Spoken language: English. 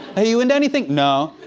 hey, you into anything? no.